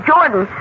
Jordan